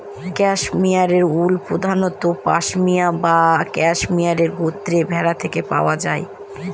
cashmere wool প্রধানত পসমিনা বা cashmere গোত্রের ভেড়া থেকে পাওয়া যায়